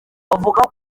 bavuga